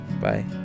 Bye